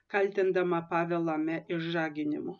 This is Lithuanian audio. kaltindama pavelą me išžaginimu